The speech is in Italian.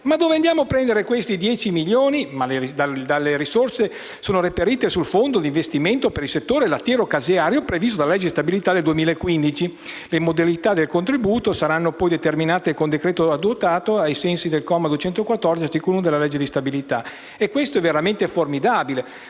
E dove andiamo a prendere questi 10 milioni? Le risorse sono reperite sul Fondo di investimenti per il settore lattiero-caseario, previsto dalla legge di stabilità per il 2015. Le modalità del contributo saranno poi determinate con decreto adottato ai sensi del comma 214 dell'articolo 1 della legge di stabilità 2015. Questo è veramente formidabile,